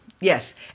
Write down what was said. Yes